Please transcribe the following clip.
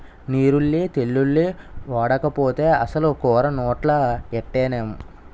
నీరుల్లి తెల్లుల్లి ఓడకపోతే అసలు కూర నోట్లో ఎట్టనేం